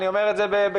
אני אומר את זה בכנות,